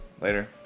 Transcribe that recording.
Later